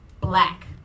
Black